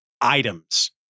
items